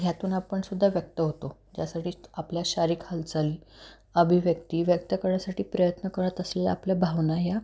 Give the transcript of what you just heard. ह्यातून आपणसुद्धा व्यक्त होतो ज्यासाठी आपल्या शारीरिक हालचाल अभिव्यक्ती व्यक्त करण्यासाठी प्रयत्न करत असलेल्या आपल्या भावना ह्या